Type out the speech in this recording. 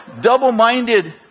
double-minded